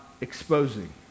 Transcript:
exposing